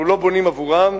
אנחנו לא בונים עבורם.